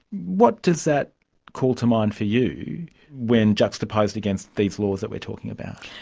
what does that call to mind for you when juxtaposed against these laws that we are talking about?